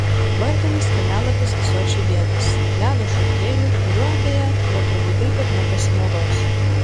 vardinis kelialapis į sočį vienas ledo šokėjų kuriuo deja jie turbūt taip ir nepasinaudos